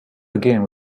again